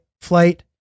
flight